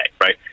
right